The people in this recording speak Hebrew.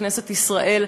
בכנסת ישראל,